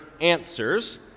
answers